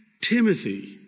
Timothy